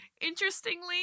interestingly